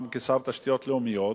גם כשר תשתיות לאומיות,